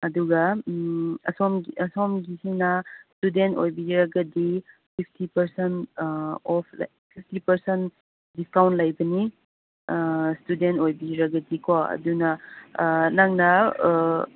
ꯑꯗꯨꯒ ꯑꯁꯣꯝꯒꯤꯁꯤꯅ ꯏꯁꯇꯨꯗꯦꯟ ꯑꯣꯏꯕꯤꯔꯒꯗꯤ fifty percent of fifty percent discount ꯂꯩꯕꯅꯤ ꯏꯁꯇꯨꯗꯦꯟ ꯑꯣꯏꯕꯤꯔꯒꯗꯤꯀꯣ ꯑꯗꯨꯅ ꯅꯪꯅ